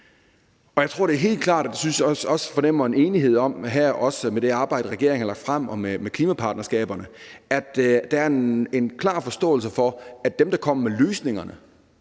Jeg tror, det er helt klart, og det synes jeg også jeg fornemmer en enighed om – også med det arbejde, regeringen har lagt frem om klimapartnerskaberne – at der er en klar forståelse for, at dem, der kommer med løsningerne,